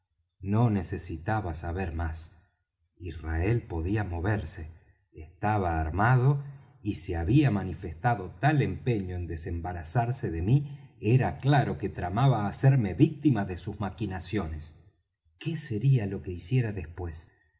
no necesitaba saber más israel podía moverse estaba armado y si había manifestado tal empeño en desembarazarse de mí era claro que tramaba hacerme víctima de sus maquinaciones qué sería lo que hiciera después